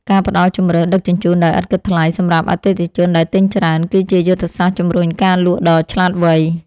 ការផ្ដល់ជម្រើសដឹកជញ្ជូនដោយឥតគិតថ្លៃសម្រាប់អតិថិជនដែលទិញច្រើន គឺជាយុទ្ធសាស្ត្រជំរុញការលក់ដ៏ឆ្លាតវៃ។